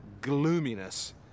gloominess